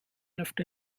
left